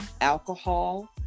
alcohol